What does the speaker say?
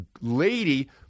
lady